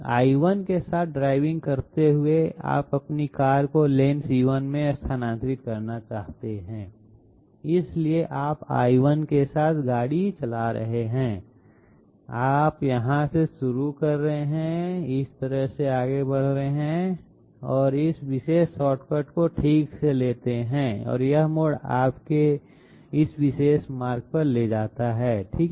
I1 के साथ driving करते हुए आप अपनी कार को लेन c1 में स्थानांतरित करना चाहते हैं इसलिए आप l1 के साथ गाड़ी चला रहे हैं आप यहां से शुरू कर रहे हैं आप इस तरह से आगे बढ़ रहे हैं आप इस विशेष शॉर्टकट को ठीक से लेते हैं और यह मोड़ आपको इस विशेष मार्ग पर ले जाता है ठीक है